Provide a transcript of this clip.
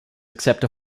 accept